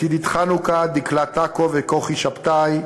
את עידית חנוכה, דקלה טקו וכוכי שבתאי,